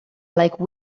like